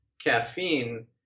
caffeine